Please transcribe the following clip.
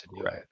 Right